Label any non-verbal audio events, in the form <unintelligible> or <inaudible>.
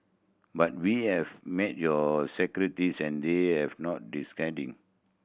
but we have met your secretaries and they have not <unintelligible>